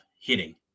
hitting